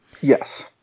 Yes